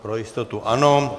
Pro jistotu ano.